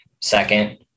Second